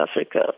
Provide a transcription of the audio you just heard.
Africa